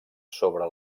sobre